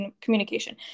communication